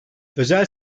özel